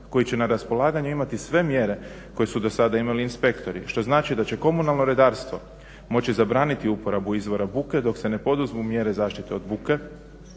koji će na raspolaganju imati sve mjere koje su do sada imali inspektori što znači da će komunalno redarstvo moći zabraniti uporabu izvora buke dok se ne poduzmu mjere zaštite od buke,